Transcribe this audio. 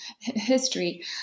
history